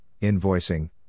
invoicing